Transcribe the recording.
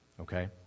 okay